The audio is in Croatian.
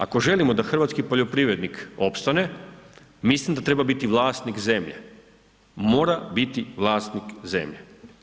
Ako želimo da hrvatski poljoprivrednik opstane mislim da treba biti vlasnik zemlje, mora biti vlasnik zemlje.